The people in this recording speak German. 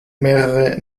mehrerer